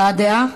הבעת דעה?